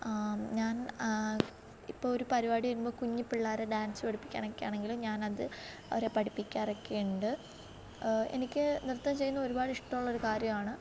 ഞാൻ ഇപ്പോൾ ഒരു പരിപാടി കഴിയുമ്പോൾ കുഞ്ഞിപ്പിള്ളേരെ ഡാൻസ് പഠിപ്പിക്കുക ആണെങ്കിൽ ഞാനത് അവരെ പഠിപ്പിക്കാറൊക്കെ ഉണ്ട് എനിക്ക് നൃത്തം ചെയ്യുന്ന ഒരുപാട് ഇഷ്ടമുള്ളൊരു കാര്യമാണ്